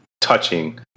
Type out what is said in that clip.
touching